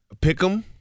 pick'em